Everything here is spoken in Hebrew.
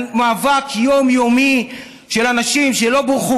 על מאבק יומיומי של אנשים שלא בורכו